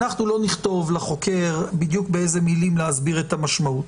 אנחנו לא נכתוב לחוקר בדיוק באיזה מילים להסביר את המשמעות.